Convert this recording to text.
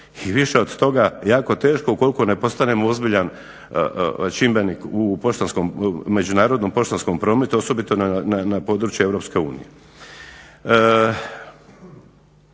i više od toga jako teško ukoliko ne postanemo ozbiljan čimbenik u poštanskom, međunarodnom poštanskom prometu osobito na području EU.